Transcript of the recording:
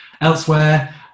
elsewhere